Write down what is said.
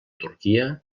turquia